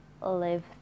live